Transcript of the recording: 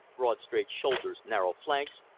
broad, straight shoulders, narrow flanks,